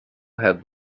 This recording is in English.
had